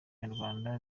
nyarwanda